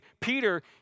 Peter